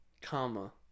comma